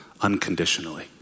unconditionally